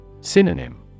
Synonym